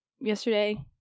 yesterday